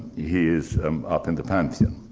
he is up in the pantheon.